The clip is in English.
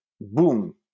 boom